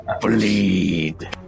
Bleed